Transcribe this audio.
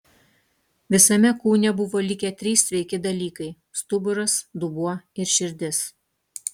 visame kūne buvo likę trys sveiki dalykai stuburas dubuo ir širdis